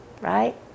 right